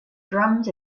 drums